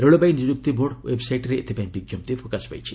ରେଳବାଇ ନିଯୁକ୍ତି ବୋର୍ଡ଼ ଓ୍ୱେବ୍ସାଇଟ୍ରେ ଏଥିପାଇଁ ବିଞ୍ଜପ୍ତି ପ୍ରକାଶ ପାଇଛି